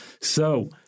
So-